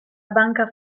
banca